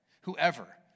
Whoever